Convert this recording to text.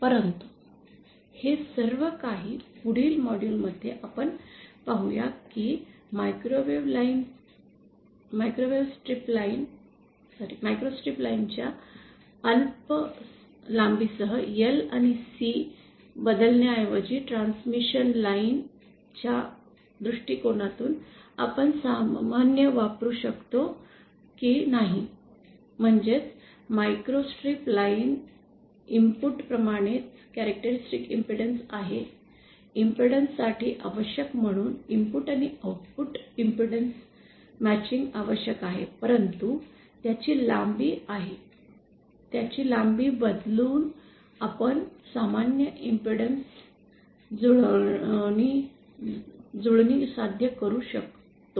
परंतु हे सर्व काही नाही पुढील मॉड्यूल मध्ये आपण पाहू की मायक्रॉस्ट्रिप लाइन च्या अल्प लांबीसह L आणि C बदलण्याऐवजी ट्रान्समिशन लाइन च्या दृष्टीकोनातून आपण सामान्य वापरु शकतो की नाहीम्हणजेच मायक्रोस्ट्रिप लाइन इनपुट प्रमाणेच वैशिष्ट्यपूर्ण इम्पेडन्स आहे इम्पेडन्स साठी आवश्यक म्हणून इनपुट आणि आउटपुट इम्पेडन्स जुळण्यासाठी आवश्यक आहे परंतु त्याची लांबी आहे त्याची लांबी बदलून आपण समान इम्पेडन्स जुळणी साध्य करू शकतो